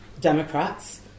Democrats